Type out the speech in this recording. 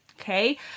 okay